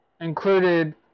included